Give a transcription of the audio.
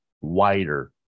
wider